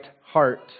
heart